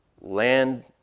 Land